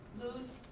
loose.